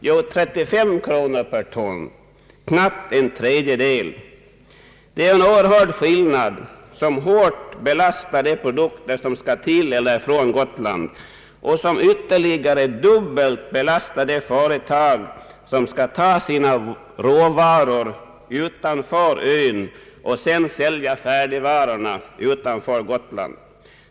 Jo, 35 kronor per ton eller knappt en tredjedel av kostnaderna till Gotland. Det är ju en oerhörd skillnad och en stor kostnad, som hårt belastar de produkter som skall till eller från Gotland och som ytterligare dubbelt belastar de företag som skall ta sina råvaror utanför ön och sedan också sälja färdigvarorna utanför Gotland.